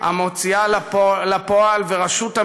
והוסיף כי ממשלות באות והולכות,